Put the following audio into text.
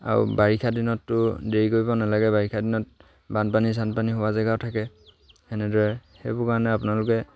আৰু বাৰিষা দিনততো দেৰি কৰিব নালাগে বাৰিষা দিনত বানপানী চানপানী হোৱা জেগাও থাকে সেনেদৰে সেইবোৰ কাৰণে আপোনালোকে